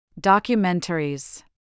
Documentaries